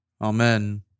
Amen